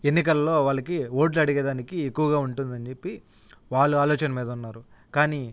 ఎన్నికల్లో వాళ్ళకి ఓట్లు అడిగే దానికి ఎక్కువగా ఉంటుందని చెప్పి వాళ్ళు ఆలోచన మీద ఉన్నారు కానీ